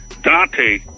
Dante